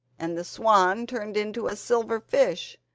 and the swan turned into a silver fish,